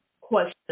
question